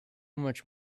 much